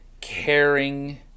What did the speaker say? caring